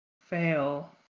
fail